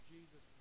Jesus